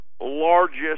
largest